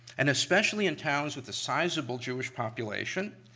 and especially in towns with a sizable jewish population,